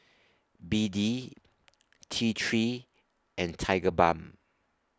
B D T three and Tigerbalm